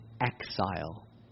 exile